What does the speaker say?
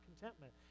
contentment